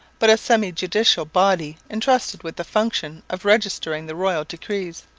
but a semi judicial body entrusted with the function of registering the royal decrees.